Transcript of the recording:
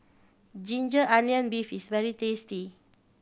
ginger onion beef is very tasty